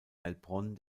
heilbronn